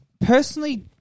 personally